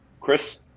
Chris